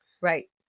Right